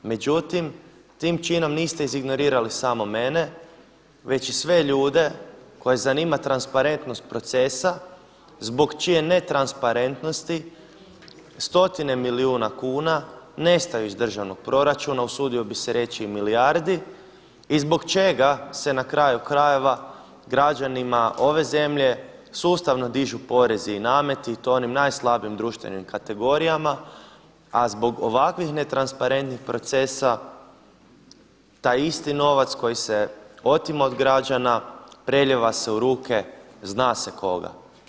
Međutim, tim činom niste iz ignorirali samo mene, već i sve ljude koje zanima transparentnost procesa zbog čije ne transparentnosti stotine milijuna kuna nestaju iz državnog proračuna, usudio bih se reći i milijardi i zbog čega se na kraju krajeva građanima ove zemlje sustavno dižu porezi i nameti i to onim najslabijim društvenim kategorijama, a zbog ovakvih netransparentnih procesa taj isti novac koji se otima od građana prelijeva se u ruke, zna se koga.